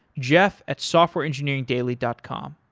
jeff at softwareengineeringdaily dot com.